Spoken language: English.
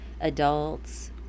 adults